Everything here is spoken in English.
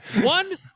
One